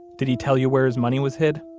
did he tell you where his money was hid?